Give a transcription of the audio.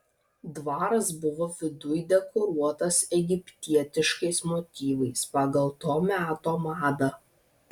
dvaras buvo viduj dekoruotas egiptietiškais motyvais pagal to meto madą